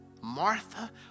Martha